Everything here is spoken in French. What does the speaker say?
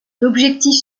l’objectif